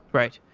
right.